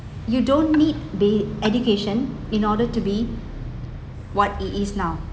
you don't need be education in order to be what it is now